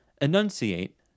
Enunciate